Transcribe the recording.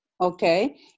okay